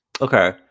Okay